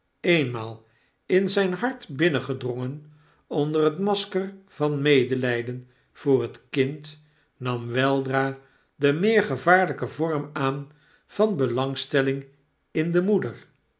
eenmaal in zyn hart binnengedrongen onder het masker van medelijden voor het kind nam weldra den meer gevaarlyken vorm aan van belangstelling in de moeder